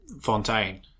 Fontaine